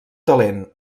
talent